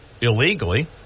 illegally